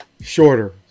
shorter